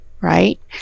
right